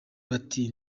bati